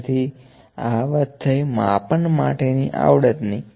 તેથી આં વાત થયી માપન માટેની આવડત ની